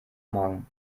morgen